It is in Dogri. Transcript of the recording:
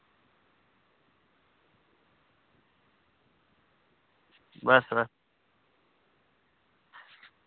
बस बस